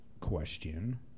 question